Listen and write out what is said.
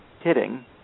hitting